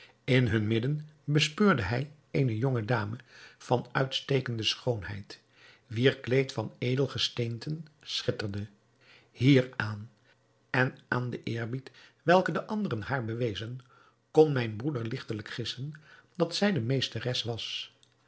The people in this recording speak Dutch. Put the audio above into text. in hun midden bespeurde hij eene jonge dame van uitstekende schoonheid wier kleed van edelgesteenten schitterde hieraan en aan den eerbied welke de anderen haar bewezen kon mijn broeder ligtelijk gissen dat zij de meesteres was